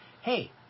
Hey